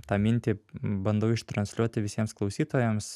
tą mintį bandau ištransliuoti visiems klausytojams